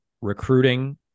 recruiting